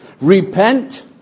repent